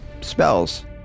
spells